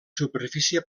superfície